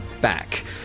back